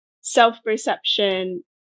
self-perception